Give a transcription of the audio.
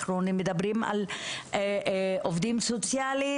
אנחנו מדברים על עובדים סוציאליים,